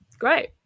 great